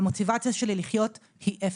המוטיבציה שלי לחיות היא אפס."